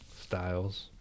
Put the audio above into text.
Styles